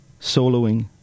soloing